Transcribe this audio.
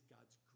God's